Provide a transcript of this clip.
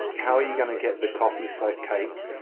how are you gonna get the coffee soaked cake,